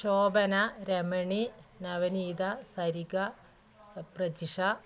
Shobhana Ramani Navaneetha Sariga Prajisha